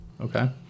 Okay